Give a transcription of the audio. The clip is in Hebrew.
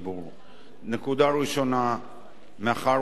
מאחר שהעניין נוגע לנושא משרדך,